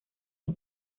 los